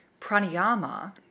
Pranayama